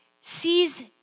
sees